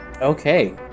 okay